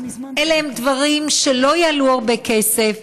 אלה הם דברים שלא יעלו הרבה כסף,